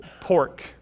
pork